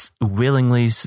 willingly